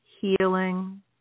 healing